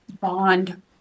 bond